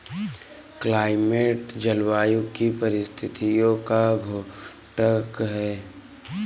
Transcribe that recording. climate जलवायु की परिस्थितियों का द्योतक है